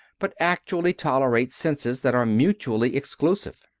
but actually tolerate senses that are mutually exclusive.